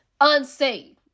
unsaved